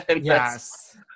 Yes